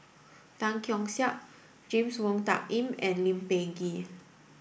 Tan Keong Saik James Wong Tuck Yim and Lee Peh Gee